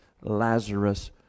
Lazarus